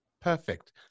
perfect